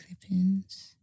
Clippings